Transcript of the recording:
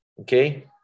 okay